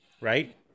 right